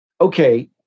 okay